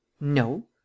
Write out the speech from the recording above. No